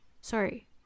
sorry